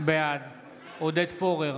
בעד עודד פורר,